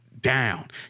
down